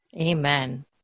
Amen